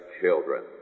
children